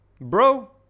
Bro